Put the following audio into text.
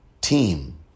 team